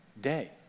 day